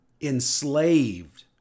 enslaved